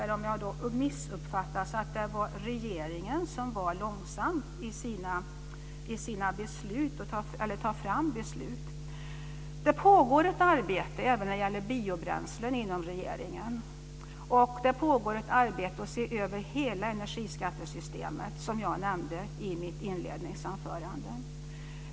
Eller jag kanske missuppfattade det, så att det var regeringen som var långsam med att ta fram beslut. Det pågår ett arbete inom regeringen även när det gäller biobränslen. Det pågår ett arbete med att se över hela energiskattesystemet, som jag nämnde i mitt inledningsanförande.